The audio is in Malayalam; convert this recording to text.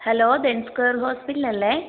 ഹലോ ഡെൻസ്ക്വേയർ ഹോസ്പിറ്റലഅല്ലേ